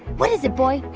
what is it, boy?